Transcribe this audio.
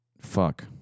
Fuck